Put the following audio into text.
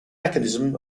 mechanism